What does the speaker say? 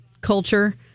culture